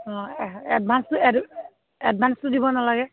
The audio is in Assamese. অঁ এ এডভাঞ্চটো এড এডভাঞ্চটো দিব নালাগে